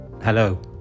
hello